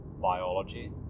biology